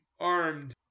Armed